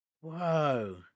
Whoa